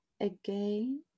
again